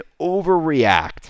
overreact